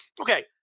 Okay